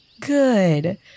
good